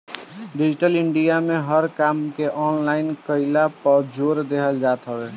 digital India में हर काम के ऑनलाइन कईला पअ जोर देहल जात हवे